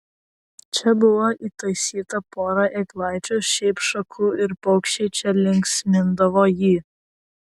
čia buvo įtaisyta pora eglaičių šiaip šakų ir paukščiai čia linksmindavo jį